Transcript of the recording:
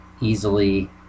easily